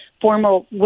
formal